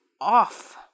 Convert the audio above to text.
off